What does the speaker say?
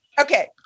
Okay